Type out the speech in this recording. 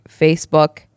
Facebook